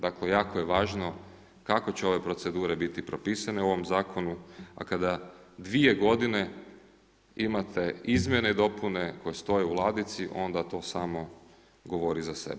Dakle, jako je važno kako će ove procedure biti propisane u ovom zakonu, a kada 2 godine imate izmjene i dopune koje stoje u ladici, onda to samo govori za sebe.